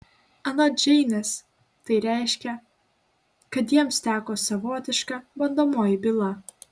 anot džeinės tai reiškia kad jiems teko savotiška bandomoji byla